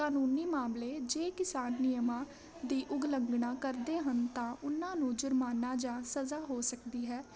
ਕਾਨੂੰਨੀ ਮਾਮਲੇ ਜੇ ਕਿਸਾਨ ਨਿਯਮਾਂ ਦੀ ਉਲੰਘਣਾ ਕਰਦੇ ਹਨ ਤਾਂ ਉਹਨਾਂ ਨੂੰ ਜੁਰਮਾਨਾ ਜਾਣ ਸਜ਼ਾ ਹੋ ਸਕਦੀ ਹੈ